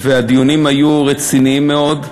והדיונים היו רציניים מאוד,